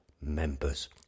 members